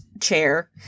chair